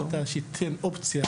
היא ציינה שהיא תיתן את זה כאופציה,